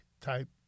type